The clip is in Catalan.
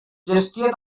gestió